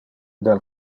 del